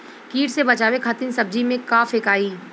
कीट से बचावे खातिन सब्जी में का फेकाई?